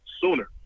sooner